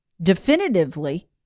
definitively